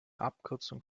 abkürzung